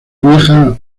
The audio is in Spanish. vieja